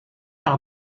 par